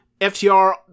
FTR